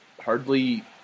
hardly